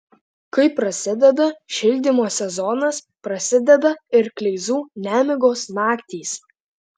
kai prasideda šildymo sezonas prasideda ir kleizų nemigos naktys